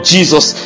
Jesus